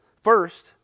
First